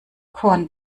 korn